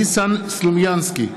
ניסן סלומינסקי,